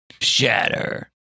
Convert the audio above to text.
Shatter